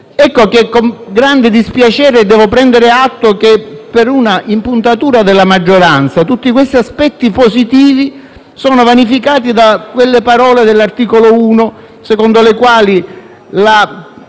mafioso. Con grande dispiacere devo prendere atto che, per una impuntatura della maggioranza, tutti questi aspetti positivi sono vanificati dalle parole dell'articolo 1 del testo